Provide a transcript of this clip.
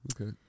Okay